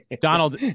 Donald